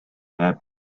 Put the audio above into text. happen